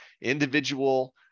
individual